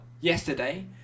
yesterday